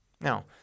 Now